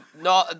No